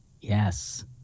Yes